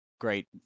great